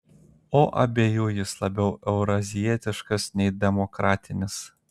o abiejų jis labiau eurazijietiškas nei demokratinis